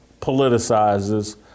politicizes